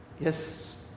Yes